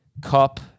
Cup